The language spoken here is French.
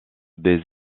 des